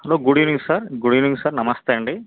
hello good evening sir good evening sir నమస్తే అండి